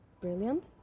brilliant